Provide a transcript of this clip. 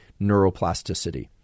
neuroplasticity